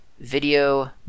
Video